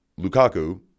Lukaku